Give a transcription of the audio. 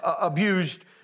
abused